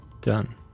done